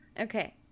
okay